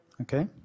okay